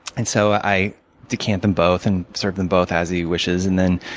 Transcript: and so i decant them both and serve them both as he wishes. and then,